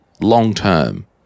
long-term